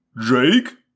Jake